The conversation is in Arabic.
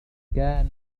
كان